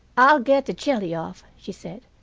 i'll get the jelly off, she said,